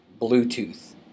Bluetooth